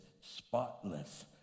spotless